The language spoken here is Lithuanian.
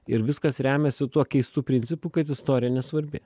ir viskas remiasi tuo keistu principu kad istorija nesvarbi